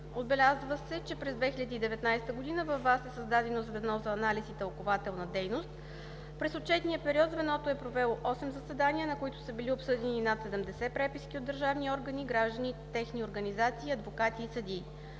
Отбеляза се, че през 2019 г. във ВАС е създадено звено за анализ и тълкувателна дейност. През отчетния период звеното е провело осем заседания, на които са били обсъдени над 70 преписки от държавни органи, граждани и техни организации, адвокати и съдии.